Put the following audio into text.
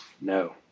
No